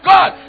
God